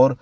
और